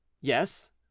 Yes